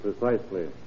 Precisely